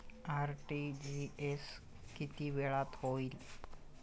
RTGS किती वेळात होईल?